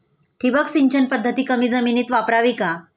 ठिबक सिंचन पद्धत कमी जमिनीत वापरावी का?